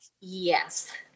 Yes